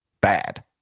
bad